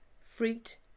fruit